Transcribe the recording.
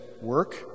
work